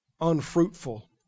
Unfruitful